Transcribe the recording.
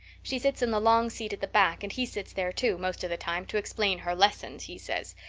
she sits in the long seat at the back and he sits there, too, most of the time to explain her lessons, he says.